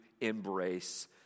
embrace